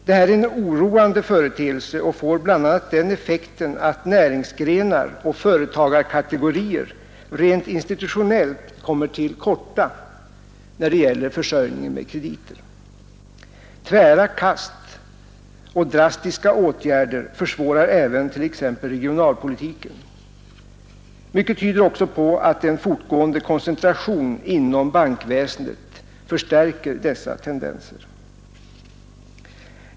Detta är oroande och får bl.a. den effekten att näringsgrenar och företagarkategorier rent institutionellt kommer till korta när det gäller försörjningen med krediter. Tvära kast och drastiska åtgärder försvårar även t.ex. regionalpolitiken. Mycket tyder också på att en fortgående koncentration inom bankväsendet förstärker dessa tendenser.